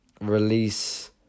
release